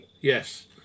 Yes